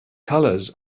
colors